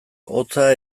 hotza